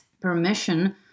permission